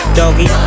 doggy